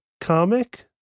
comic